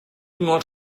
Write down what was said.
not